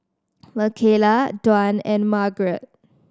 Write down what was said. Mikaela Dwan and Margret